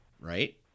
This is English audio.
right